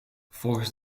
volgens